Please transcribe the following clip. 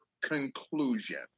conclusion